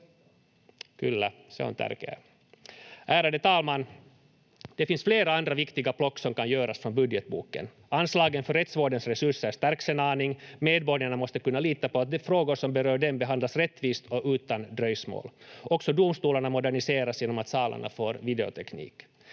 Kyllä. Se on tärkeää. Ärade talman! Det finns flera andra viktiga plock som kan göras från budgetboken. Anslagen för rättsvårdens resurser stärks en aning. Medborgarna måste kunna lita på att de frågor som berör dem behandlas rättvist och utan dröjsmål. Också domstolarna moderniseras genom att salarna får videoteknik.